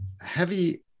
heavy